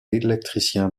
électricien